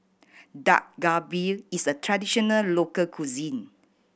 Dak Galbi is a traditional local cuisine